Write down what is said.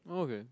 okay